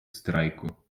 страйку